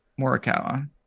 Morikawa